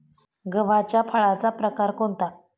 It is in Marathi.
गव्हाच्या फळाचा प्रकार कोणता?